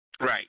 Right